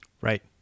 Right